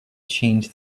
change